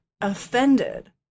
offended